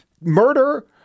Murder